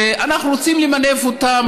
שאנחנו רוצים למנף אותן,